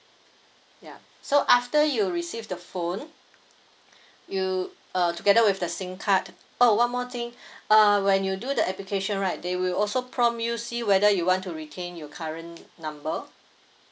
ya so after you receive the phone you uh together with the sim card oh one more thing uh when you do the application right they will also prompt you see whether you want to retain your current number